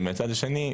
והשני,